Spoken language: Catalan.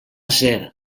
ser